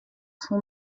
son